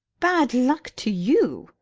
bad luck to you,